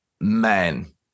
Man